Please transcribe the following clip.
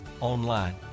online